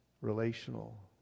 relational